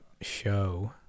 show